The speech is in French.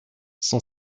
son